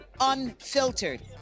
Unfiltered